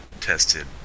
tested